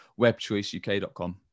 webchoiceuk.com